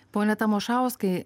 pone tamošauskai